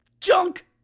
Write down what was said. junk